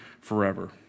forever